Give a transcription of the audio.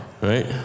Right